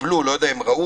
אני לא יודע אם ראו,